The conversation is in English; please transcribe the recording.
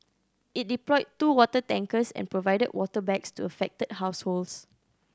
it deployed two water tankers and provided water bags to affected households